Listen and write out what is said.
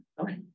Okay